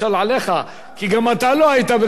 כי גם אתה לא היית ברשימת הדוברים.